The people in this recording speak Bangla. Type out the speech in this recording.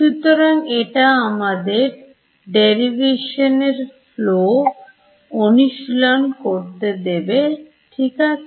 সুতরাং এটা আমাদের Derivation এর flow অনুশীলন করতে দেবে ঠিক আছে